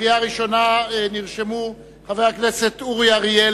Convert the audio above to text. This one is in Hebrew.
לקריאה ראשונה נרשמו חברי הכנסת אורי אריאל,